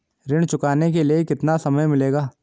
ऋण चुकाने के लिए कितना समय मिलेगा?